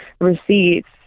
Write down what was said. receipts